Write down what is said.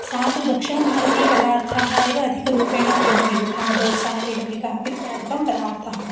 सा तु दक्षिणभारतीयपदार्थान् एव अधिकरूपेण करोति यथा दोसा इडलिका इत्यादिकं पदार्थः